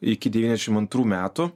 iki devyniasdešimt antrų metų